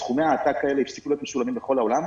סכומי העתק האלה הפסיקו להיות משולמים בכל העולם,